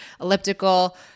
elliptical